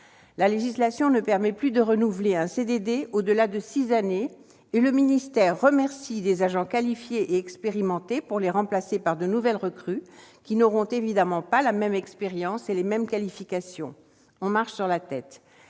La législation ne permet plus de renouveler un CDD au-delà de six années, et le ministère remercie des agents qualifiés et expérimentés pour les remplacer par de nouvelles recrues qui n'auront évidemment pas la même expérience et les mêmes qualifications. On marche sur la tête